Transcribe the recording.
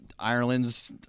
Ireland's